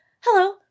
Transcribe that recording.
Hello